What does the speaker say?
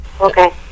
Okay